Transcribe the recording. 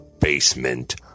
basement